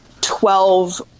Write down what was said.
Twelve